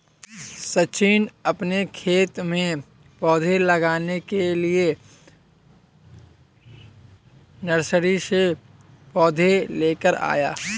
सचिन अपने खेत में पौधे लगाने के लिए नर्सरी से पौधे लेकर आया